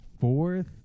fourth